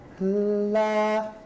la